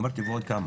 אמרתי, ועד כמה.